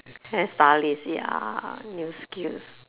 hairstylist ya new skills